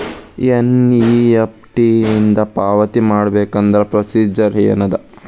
NEFT ಇಂದ ಪಾವತಿ ಮಾಡಬೇಕಂದ್ರ ಪ್ರೊಸೇಜರ್ ಏನದ